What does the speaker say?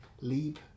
leap